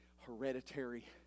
hereditary